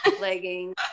leggings